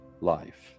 life